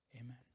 Amen